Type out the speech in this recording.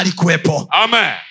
Amen